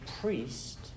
priest